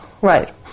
Right